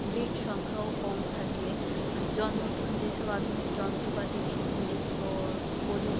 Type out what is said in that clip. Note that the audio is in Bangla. বেড সংখ্যাও কম থাকে নতুন যে সব আধুনিক যন্ত্রপাতি দিন দিন যেগুলো